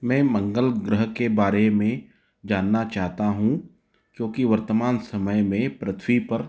मैं मंगल ग्रह के बारे में जानना चाहता हूं क्योंकि वर्तमान समय में पृथ्वी पर